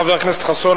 חבר הכנסת חסון,